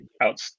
out